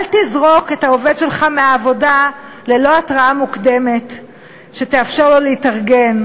אל תזרוק את העובד שלך מהעבודה ללא התראה שתאפשר לו להתארגן,